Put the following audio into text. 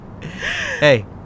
Hey